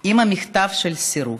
עם המכתב של הסירוב.